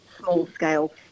small-scale